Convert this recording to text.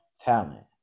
talent